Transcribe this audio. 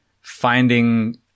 finding